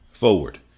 Forward